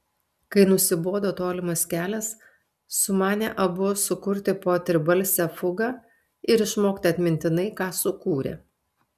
kai nusibodo tolimas kelias sumanė abu sukurti po tribalsę fugą ir išmokti atmintinai ką sukūrė